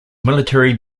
military